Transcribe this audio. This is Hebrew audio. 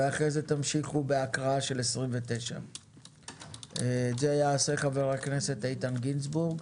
ותמשיכו בהקראת 29. זה יעשה חבר הכנסת איתן גינזבורג.